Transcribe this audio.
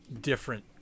different